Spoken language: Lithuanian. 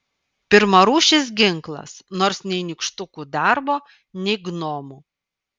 pirmarūšis ginklas nors nei nykštukų darbo nei gnomų